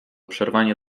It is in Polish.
przerwanie